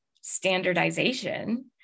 standardization